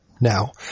Now